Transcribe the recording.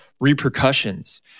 repercussions